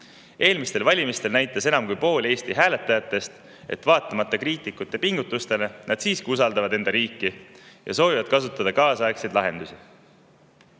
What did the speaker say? Eelmistel valimistel näitas enam kui pool Eesti hääletajatest, et vaatamata kriitikute pingutustele nad siiski usaldavad enda riiki ja soovivad kasutada kaasaegseid lahendusi.